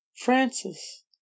Francis